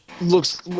Looks